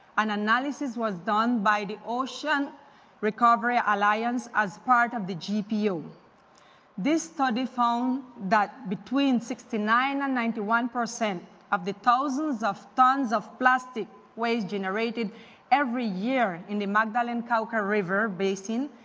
an analysis was done by the ocean recovery alliance as part of the gpo. this study found that between sixty nine and ninety one percent of the thousands of tons of plastic waste generated every year in the magdalene cauca river basin,